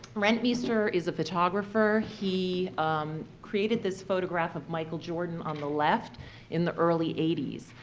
rentmeester is a photographer. he created this photograph of michael jordan on the left in the early eighty s.